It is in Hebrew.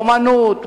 אמנות,